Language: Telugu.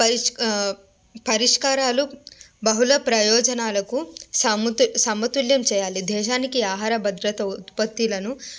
పరిష్క ఆ పరిష్కారాలు బహుళ ప్రయోజనాలకు సమతు సమతుల్యం చేయాలి దేశానికి ఆహార భద్రత ఉత్పత్తులను